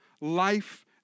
life